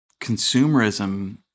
consumerism